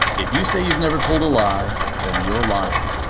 if you say you've never told a lie, then you're lying.